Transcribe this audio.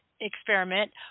experiment